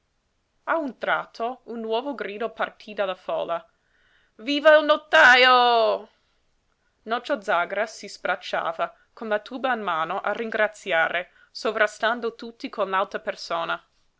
a un tratto un nuovo grido partí dalla folla viva il notajo nocio zàgara si sbracciava con la tuba in mano a ringraziare sovrastando tutti con l'alta persona